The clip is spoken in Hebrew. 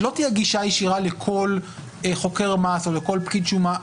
שלא תהיה גישה ישירה לכל חוקר מס או לכל פקיד שומה.